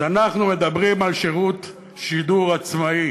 אז אנחנו מדברים על שירות שידור עצמאי.